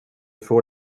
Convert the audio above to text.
får